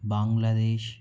Bangladesh